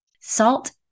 Salt